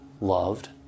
loved